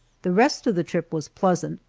the rest of the trip was pleasant,